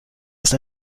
ist